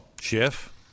Schiff